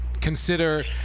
consider